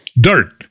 Dirt